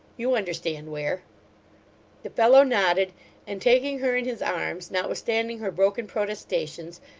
you understand where the fellow nodded and taking her in his arms, notwithstanding her broken protestations,